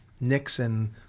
Nixon